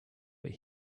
but